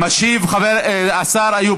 משיב השר חבר הכנסת איוב